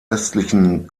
östlichen